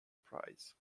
prize